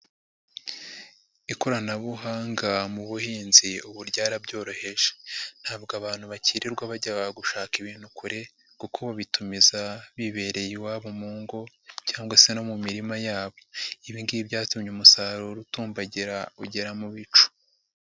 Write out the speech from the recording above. Ikoranabuhanga mu buhinzi ubu ryarabyoroheje, ntabwo abantu bakirirwa bajya gushaka ibintu kure kuko bitumiza bibereye iwabo mu ngo cyangwa se no mu mirima yabo, ibingiyi byatumye umusaruro utumbagira ugera mu bicu.